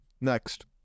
Next